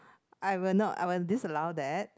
I will not I will disallow that